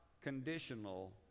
conditional